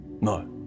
No